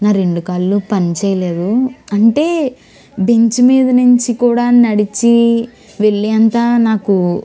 నా రెండు కాళ్ళు పని చేయలేదు అంటే బెంచ్ మీద నుంచి కూడా నడిచి వెళ్ళే అంత నాకు